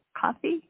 coffee